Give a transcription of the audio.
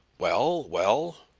well, well?